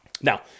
Now